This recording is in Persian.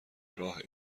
راه